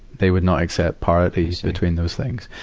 they would not accept parity between those things.